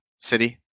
City